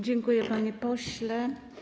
Dziękuję, panie pośle.